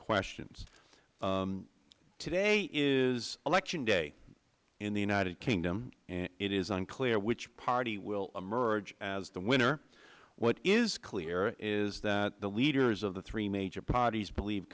questions today is election day in the united kingdom and it is unclear which party will emerge as the winner what is clear is that the leaders of the three major parties believe